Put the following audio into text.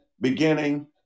beginning